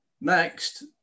next